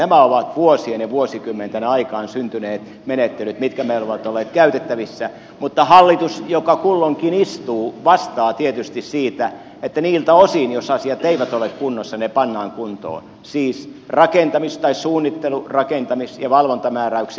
nämä ovat vuosien ja vuosikymmenten aikaan syntyneet menettelyt mitkä meillä ovat olleet käytettävissä mutta hallitus joka kulloinkin istuu vastaa tietysti siitä että niiltä osin jos asiat eivät ole kunnossa ne pannaan kuntoon siis suunnittelu rakentamis ja valvontamääräykset